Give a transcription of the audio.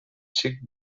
xic